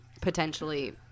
potentially